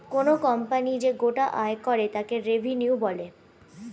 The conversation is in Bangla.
কোনো কোম্পানি যে গোটা আয় করে তাকে রেভিনিউ বলে